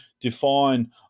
define